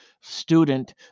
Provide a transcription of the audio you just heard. student